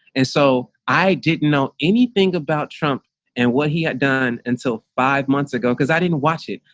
and so i didn't know anything about trump and what he had done until five months ago because i didn't watch it.